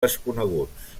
desconeguts